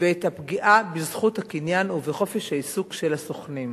ואת הפגיעה בזכות הקניין ובחופש העיסוק של הסוכנים.